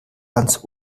ans